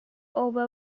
over